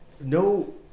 no